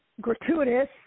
gratuitous